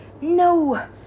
No